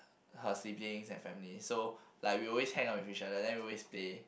her siblings and family so like we always hang out with each other then we always play